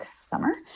summer